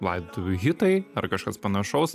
laidotuvių hitai ar kažkas panašaus